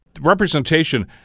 Representation